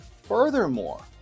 Furthermore